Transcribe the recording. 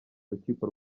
urukiko